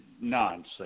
nonsense